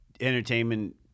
entertainment